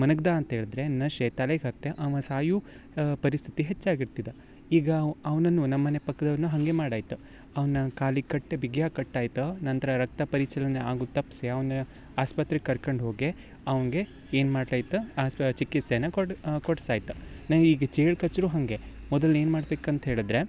ಮಲಗ್ದ ಅಂಥೇಳ್ದ್ರೆ ನಶೆ ತಲೆಗೆ ಹತ್ಯ ಅವ ಸಾಯೋ ಪರಿಸ್ಥಿತಿ ಹೆಚ್ಚಾಗಿರ್ತಿದೆ ಈಗ ಅವನನ್ನು ನಮ್ಮ ಮನೆ ಪಕ್ಕದವ್ರನ್ನ ಹಾಗೆ ಮಾಡಾಯಿತು ಅವನ ಕಾಲಿಗೆ ಕಟ್ ಬಿಗಿಯಾಗಿ ಕಟ್ ಆಯಿತಾ ನಂತರ ರಕ್ತ ಪರಿಚಲನೆ ಆಗೋದು ತಪ್ಪಿಸಿ ಅವನ ಆಸ್ಪತ್ರೆಗೆ ಕರ್ಕೊಂಡು ಹೋಗಿ ಅವಗೆ ಏನು ಮಾಡ್ರೈತ ಆಸ್ಪ ಚಿಕಿತ್ಸೆನ ಕೊಡ್ಸಿ ಆಯಿತಾ ನಂಗೆ ಈಗ ಚೇಳು ಕಚ್ದ್ರೂ ಹಾಗೆ ಮೊದಲು ಏನು ಮಾಡ್ಬೇಕಂತ ಹೇಳಿದರೆ